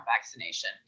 vaccination